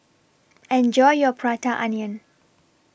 Enjoy your Prata Onion